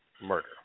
murder